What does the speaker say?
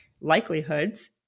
likelihoods